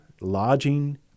lodging